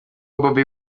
bobbi